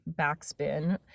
backspin